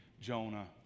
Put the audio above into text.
Jonah